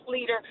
leader